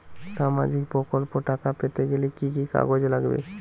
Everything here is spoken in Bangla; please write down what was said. সামাজিক প্রকল্পর টাকা পেতে গেলে কি কি কাগজ লাগবে?